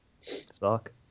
Suck